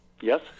Yes